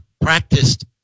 practiced